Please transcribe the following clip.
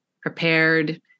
prepared